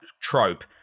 trope